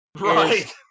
right